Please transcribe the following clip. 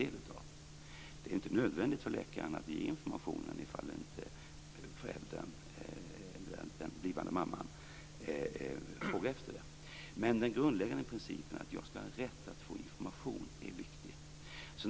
Det är inte nödvändigt för läkaren att ge informationen ifall den blivande mamman eller pappan inte frågar efter den, men den grundläggande principen att jag skall ha rätt att få information är viktig.